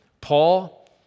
Paul